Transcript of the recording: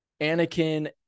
anakin